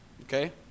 Okay